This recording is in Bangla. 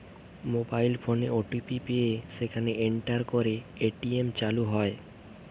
মোবাইল ফোনে ও.টি.পি পেয়ে সেটাকে এন্টার করে এ.টি.এম চালু হয়